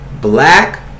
black